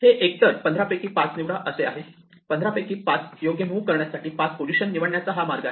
हे एकतर 15 पैकी 5 निवडा असे आहे 15 पैकी योग्य मुव्ह करण्यासाठी 5 पोझिशन्स निवडण्याचा हा मार्ग आहे